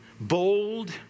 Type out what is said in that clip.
bold